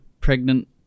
pregnant